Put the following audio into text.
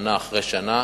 שנה אחרי שנה.